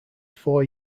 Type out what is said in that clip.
four